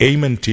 Amen